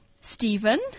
Stephen